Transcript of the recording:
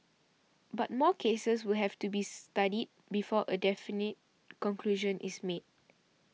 but more cases will have to be studied before a definite conclusion is made